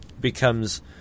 becomes